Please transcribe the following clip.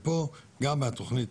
פה, גם מהתכנית